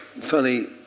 funny